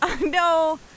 no